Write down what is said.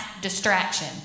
distraction